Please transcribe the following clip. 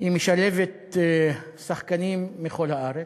היא משלבת שחקנים מכל הארץ,